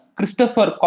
Christopher